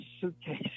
suitcase